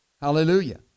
Hallelujah